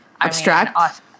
abstract